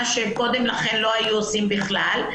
מה שקודם לכן לא היו עושים בכלל.